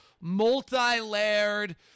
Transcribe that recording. multi-layered